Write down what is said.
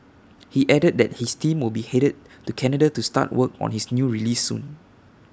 he added that his team will be headed to Canada to start work on his new release soon